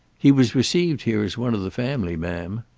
he was received here as one of the family, ma'am.